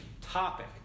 topic